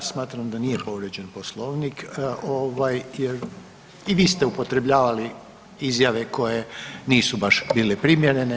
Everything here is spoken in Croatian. Ja smatram da nije povrijeđen Poslovnik, jer i vi ste upotrebljavali izjave koje nisu baš bile primjerene.